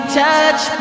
touch